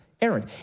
Aaron